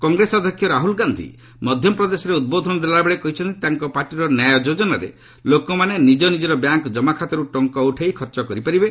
କଂଗ୍ରେସ ଅଧ୍ୟକ୍ଷ ରାହ୍ରଲ୍ ଗାନ୍ଧି ମଧ୍ୟପ୍ରଦେଶରେ ଉଦ୍ବୋଧନ ଦେଲାବେଳେ କହିଛନ୍ତି ତାଙ୍କ ପାର୍ଟିର 'ନ୍ୟାୟ' ଯୋଜନାରେ ଲୋକମାନେ ନିଜ ନିଜର ବ୍ୟାଙ୍କ୍ ଜମାଖାତାର୍ ଟଙ୍କା ଉଠାଇ ଖର୍ଚ୍ଚ କରିପାରିବେ